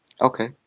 Okay